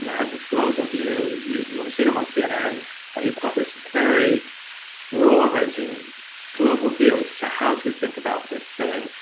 you know has this global view you you will have seen him on cnn he's got this very broad-ranging global view as to how to think about this thing.